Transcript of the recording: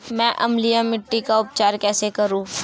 मैं अम्लीय मिट्टी का उपचार कैसे करूं?